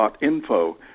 .info